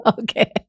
okay